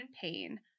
pain